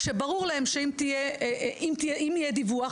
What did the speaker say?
כשברור להם שאם יהיה דיווח,